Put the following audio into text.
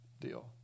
deal